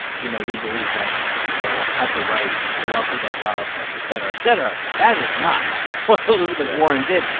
you know, we believe that people have the right to love who they love, et cetera, et cetera. that is not what elizabeth warren did.